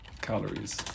calories